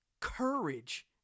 courage